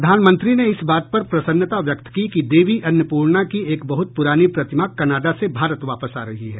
प्रधानमंत्री ने इस बात पर प्रसन्नता व्यक्त की कि देवी अन्नपूर्णा की एक बहुत पुरानी प्रतिमा कनाडा से भारत वापस आ रही है